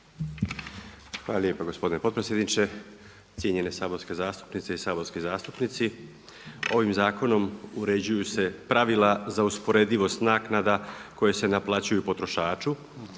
Hvala lijepo gospodine potpredsjedniče, cijenjene saborske zastupnice i saborski zastupnici. Ovim zakonom uređuju se pravila za usporedivost naknada koje se naplaćuju potrošaču.